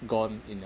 gone in a